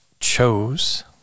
chose